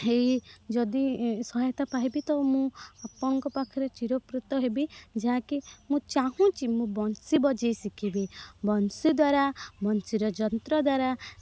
ହୋଇ ଯଦି ସହାୟତା ପାଇବି ତ ମୁଁ ଆପଣଙ୍କ ପାଖରେ ଚିରକୃତ ହେବି ଯାହାକି ମୁଁ ଚାହୁଁଛି ମୁଁ ବଂଶୀ ବଜାଇ ଶିଖିବି ବଂଶୀ ଦ୍ୱାରା ବଂଶୀର ଯନ୍ତ୍ର ଦ୍ୱାରା